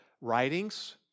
writings